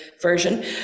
version